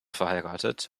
verheiratet